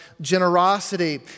generosity